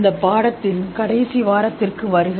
இந்த பாடத்தின் கடைசி வாரத்திற்கு வருக